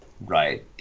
right